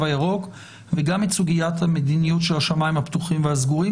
הירוק וגם את סוגיית המדיניות של השמיים הפתוחים והסגורים.